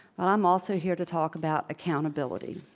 but i'm also here to talk about accountability.